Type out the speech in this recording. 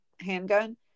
handgun